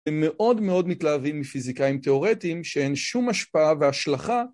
הם מאוד מאוד מתלהבים מפיזיקאים תיאורטיים שאין שום השפעה והשלכה.